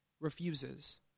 refuses